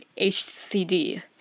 HCD